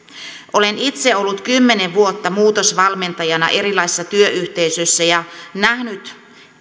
olen itse ollut kymmenen vuotta muutosvalmentajana erilaisissa työyhteisöissä ja nähnyt